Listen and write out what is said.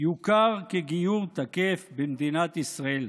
יוכר כגיור תקף במדינת ישראל.